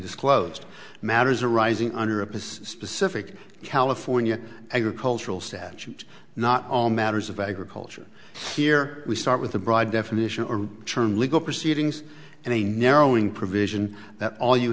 disclosed matters arising under a piece of specific california agricultural statute not on matters of agriculture here we start with a broad definition or term legal proceedings and a narrowing provision that all you